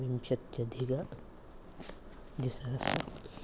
विंशत्यधिकद्विसहस्रम्